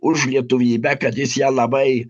už lietuvybę kad jis ją labai